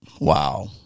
Wow